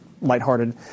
lighthearted